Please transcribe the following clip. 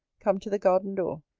come to the garden door,